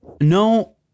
no